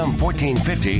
1450